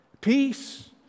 Peace